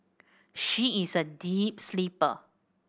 she is a deep sleeper